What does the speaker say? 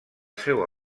seua